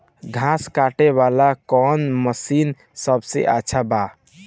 घास काटे वाला कौन मशीन सबसे अच्छा बा?